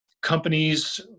companies